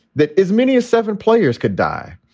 that as many as seven players could die,